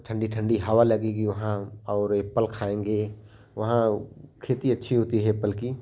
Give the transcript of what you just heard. ओ ठंडी ठंडी हवा लगेगी वहाँ और एप्पल खाएँगे वहाँ खेती अच्छी होती है एप्पल की